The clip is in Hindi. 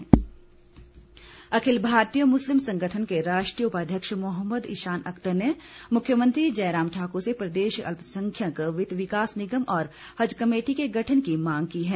मांग अखिल भारतीय मुस्लिम संगठन के राष्ट्रीय उपाध्यक्ष मोहम्मद ईशान अख्तर ने मुख्यमंत्री जयराम ठाकुर से प्रदेश अल्पसंख्यमक वित्त विकास निगम और हज कमेटी के गठन की मांग की है